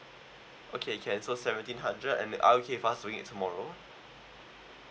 okay can so seventeen hundred and I okay fast doing it tomorrow